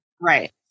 right